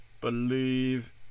believe